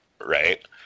right